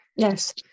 Yes